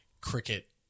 cricket